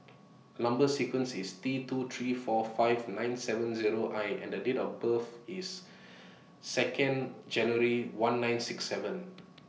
Number sequence IS T two three four five nine seven Zero I and The Date of birth IS Second January one nine six seven